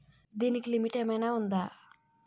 దీనికి లిమిట్ ఆమైనా ఉందా?